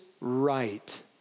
right